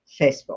Facebook